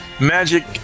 Magic